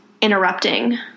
interrupting